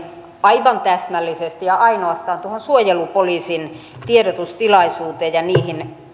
aivan täsmällisesti ja ainoastaan tuohon suojelupoliisin tiedotustilaisuuteen ja niihin